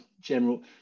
general